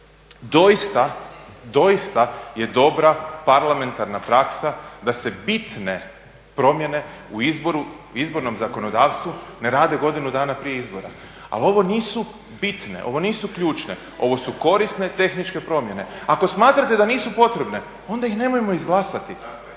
doista je dobra parlamentarna praksa da se bitne promjene u izbornom zakonodavstvu ne rade godinu dana prije izbora, ali ovo nisu bitne, ovo nisu ključne, ovo su korisne tehničke promjene. Ako smatrate da nisu potrebne, onda ih nemojmo izglasati.